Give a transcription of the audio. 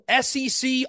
SEC